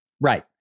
Right